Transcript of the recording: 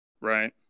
Right